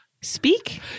speak